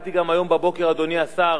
קראתי גם היום בבוקר, אדוני השר,